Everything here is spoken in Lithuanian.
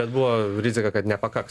bet buvo rizika kad nepakaks